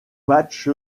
match